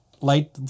light